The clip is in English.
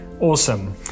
Awesome